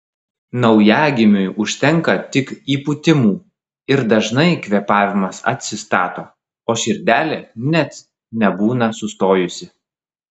naujagimiui užtenka tik įpūtimų ir dažnai kvėpavimas atsistato o širdelė net nebūna sustojusi